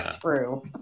True